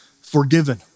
forgiven